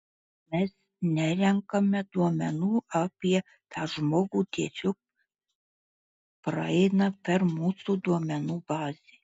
mes nerenkame duomenų apie tą žmogų tiesiog praeina per mūsų duomenų bazę